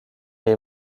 est